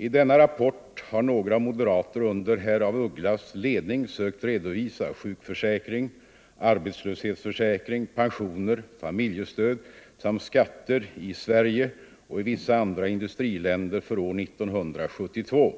I denna rapport har några moderater under herr af Ugglas ledning sökt redovisa sjukförsäkring, arbetslöshetsförsäkring, pensioner, familjestöd samt skatter i Sverige och i vissa andra industriländer för år 1972.